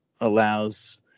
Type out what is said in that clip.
allows